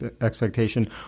expectation